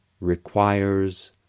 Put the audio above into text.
requires